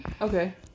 okay